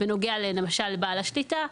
למשל בנוגע לבעל שליטה.